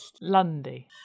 Lundy